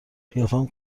قیافم